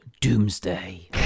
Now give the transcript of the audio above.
Doomsday